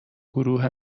گروه